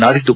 ನಾಡಿದ್ದು